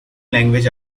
language